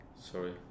Sorry